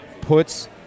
puts